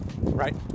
right